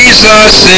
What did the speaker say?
Jesus